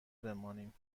بمانیم